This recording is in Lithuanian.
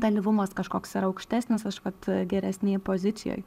dalyvumas kažkoks yra aukštesnis aš vat geresnėj pozicijoj